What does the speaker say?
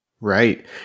Right